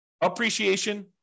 appreciation